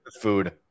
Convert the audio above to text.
food